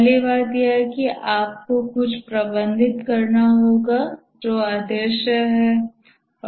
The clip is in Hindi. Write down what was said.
पहली बात यह है कि आपको कुछ प्रबंधित करना होगा जो अदृश्य है